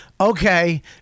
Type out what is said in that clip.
okay